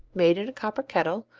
made in a copper kettle,